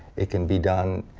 it can be done,